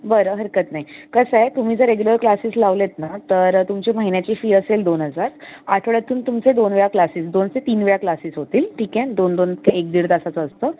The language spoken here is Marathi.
बरं हरकत नाही कसं आहे तुम्ही जर रेगुलर क्लासेस लावलेत ना तर तुमची महिन्याची फी असेल दोन हजार आठवड्यातून तुमचे दोन वेळा क्लासेस दोन ते तीन वेळा क्लासेस होतील ठीक आहे दोन दोन ते एक दीड तासाचं असतं